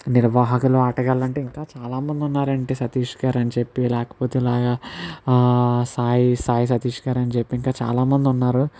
నిర్వాహకులు ఆటగాళ్ళు అంటే ఇంకా చాలామంది ఉన్నారండి సతీష్ గారు అని చెప్పి లేకపోతే ఇలాగ సాయి సాయి సతీష్ గారు అని చెప్పి ఇంకా చాలామంది ఉన్నారు